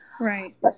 Right